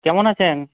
কেমন আছেন